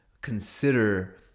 consider